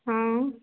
हँ